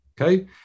Okay